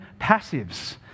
passives